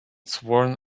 sworn